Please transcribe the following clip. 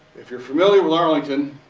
if you're familiar with arlington,